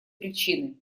причины